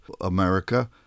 America